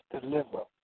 deliver